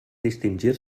distingir